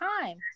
time